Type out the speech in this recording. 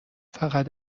فقط